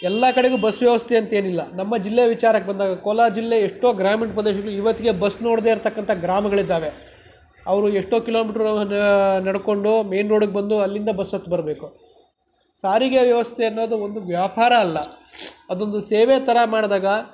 ಎಲ್ಲ ಕಡೆಗೂ ಬಸ್ ವ್ಯವಸ್ಥೆ ಅಂತ ಏನಿಲ್ಲ ನಮ್ಮ ಜಿಲ್ಲೆ ವಿಚಾರಕ್ಕೆ ಬಂದಾಗ ಕೋಲಾರ ಜಿಲ್ಲೆ ಎಷ್ಟೋ ಗ್ರಾಮೀಣ ಪ್ರದೇಶಗ್ಳಿಗೆ ಇವತ್ತಿಗೆ ಬಸ್ ನೋಡ್ದೇ ಇರತಕ್ಕಂಥ ಗ್ರಾಮಗಳೂ ಇದ್ದಾವೆ ಅವ್ರು ಎಷ್ಟೋ ಕಿಲೋಮೀಟ್ರ್ ನೆಡಕೊಂಡು ಮೇನ್ ರೋಡಿಗೆ ಬಂದು ಅಲ್ಲಿಂದ ಬಸ್ ಹತ್ತಿ ಬರಬೇಕು ಸಾರಿಗೆ ವ್ಯವಸ್ಥೆ ಅನ್ನೋದು ಒಂದು ವ್ಯಾಪಾರ ಅಲ್ಲ ಅದೊಂದು ಸೇವೆ ಥರ ಮಾಡಿದಾಗ